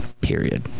period